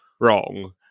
wrong